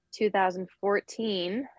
2014